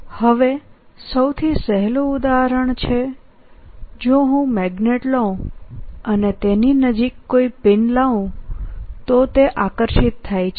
હવેસૌથી સહેલું ઉદાહરણ છેજોહુંમેગ્નેટ લઉં અને તેની નજીક કોઈ પિન લાવું તો તેઆકર્ષિત થાય છે